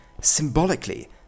symbolically